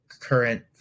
current